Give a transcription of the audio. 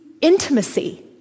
intimacy